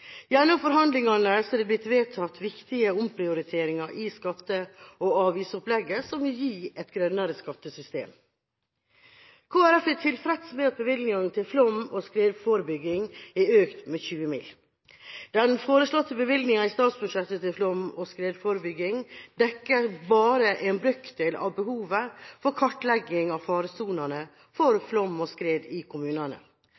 Gjennom forhandlingene er det blitt vedtatt viktige omprioriteringer i skatte- og avgiftsopplegget som vil gi et grønnere skattesystem. Kristelig Folkeparti er tilfreds med at bevilgninga til flom og skredforebygging er økt med 20 mill. kr. Den foreslåtte bevilgninga i statsbudsjettet til flom og skredforebygging dekker bare en brøkdel av behovet for kartlegging av faresonene for